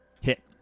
hit